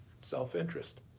self-interest